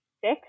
six